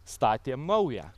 statėm naują